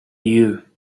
you